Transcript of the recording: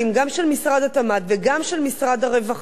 גם של משרד התמ"ת וגם של משרד הרווחה,